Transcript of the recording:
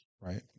right